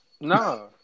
No